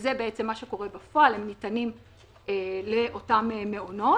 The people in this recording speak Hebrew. וזה בעצם מה שקורה בפועל הם ניתנים לאותם מעונות.